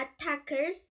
attackers